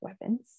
weapons